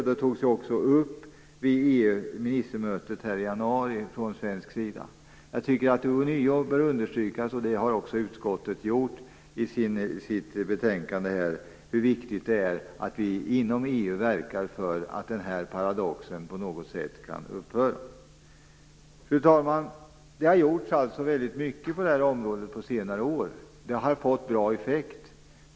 Det togs också upp från svensk sida vid EU:s ministermöte i januari. Jag tycker att det ånyo bör understrykas, och det har också utskottet gjort i sitt betänkande, hur viktigt det är att vi inom EU verkar för att den här paradoxen på något sätt kan upphöra. Fru talman! Det har alltså gjorts väldigt mycket på det här området på senare år. Det har fått bra effekt.